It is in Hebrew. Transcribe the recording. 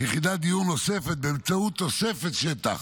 יחידת דיור נוספת באמצעות תוספת שטח